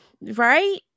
Right